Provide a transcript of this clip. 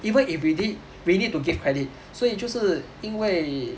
even if we did we need to give credit 所以就是因为